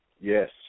Yes